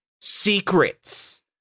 Secrets